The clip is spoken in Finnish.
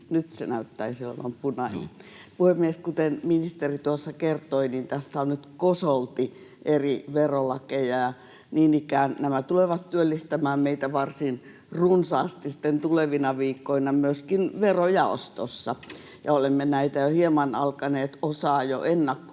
nyt se näyttäisi olevan punainen. Puhemies! Kuten ministeri tuossa kertoi, niin tässä on nyt kosolti eri verolakeja, ja niin ikään nämä tulevat työllistämään meitä varsin runsaasti sitten tulevina viikkoina myöskin verojaostossa. Olemme osaa näistä jo hieman alkaneet ennakkokuulla,